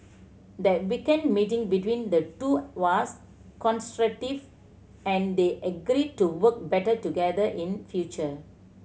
the weekend meeting between the two was constructive and they agreed to work better together in future